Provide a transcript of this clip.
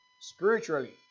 Spiritually